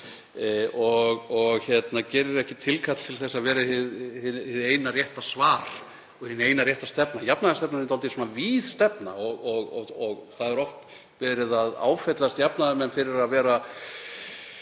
hún gerir ekki tilkall til þess að vera hið eina rétta svar og hin eina rétta stefna. Jafnaðarstefnan er dálítið víð stefna og oft er verið að áfellast jafnaðarmenn fyrir að vera